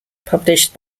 published